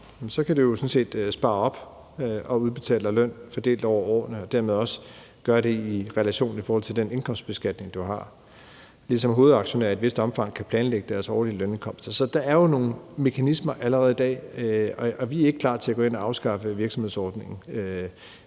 spare op og udbetale dig løn fordelt over årene og dermed også gøre det i relation til den indkomstbeskatning, du har, ligesom hovedaktionærer i et vist omfang kan planlægge deres årlige lønindkomst. Så der er jo nogle mekanismer allerede i dag, og vi er ikke klar til at gå ind og afskaffe virksomhedsordningen.